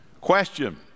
Question